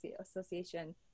Association